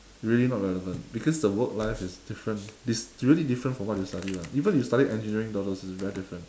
really not relevant because the work life is different it's really different from what you study lah even if you study engineering all those it's very different